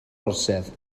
orsedd